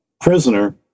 prisoner